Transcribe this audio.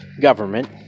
government